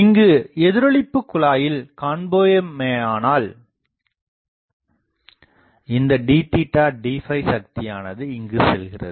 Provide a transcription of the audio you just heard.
இங்கு எதிரொளிப்புக்குழாயில் காண்போமானால் இந்த d dசக்தியானது இங்குச் செல்கிறது